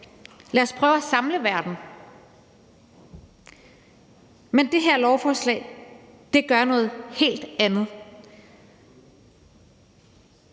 Lad os prøve at samle verden. Det her lovforslag gør noget helt andet.